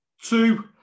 two